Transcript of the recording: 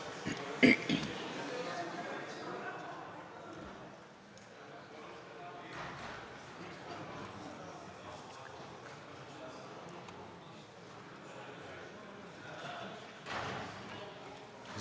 Благодаря Ви за репликата, господин Георгиев.